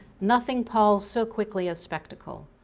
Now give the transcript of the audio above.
nothing palls so quickly as spectacle.